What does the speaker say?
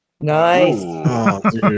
Nice